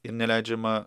ir neleidžiama